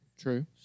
True